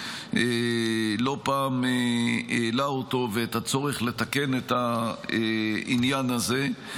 ולא פעם העלה אותו ואת הצורך לתקן את העניין הזה.